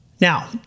Now